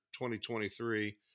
2023